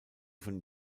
von